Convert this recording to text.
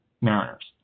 mariners